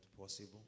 possible